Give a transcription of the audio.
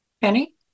Penny